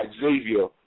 Xavier